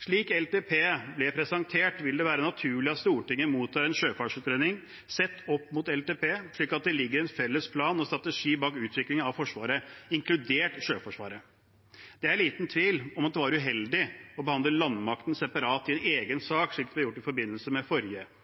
Slik langtidsplanen ble presentert, vil det være naturlig at Stortinget mottar en sjøfartsutredning sett opp mot langtidsplanen, slik at det ligger en felles plan og strategi bak utviklingen av Forsvaret, inkludert Sjøforsvaret. Det er liten tvil om at det var uheldig å behandle landmakten separat i egen sak, slik det var gjort i forbindelse med forrige langtidsplan.